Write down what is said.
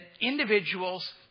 individuals